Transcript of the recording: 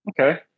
Okay